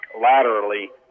laterally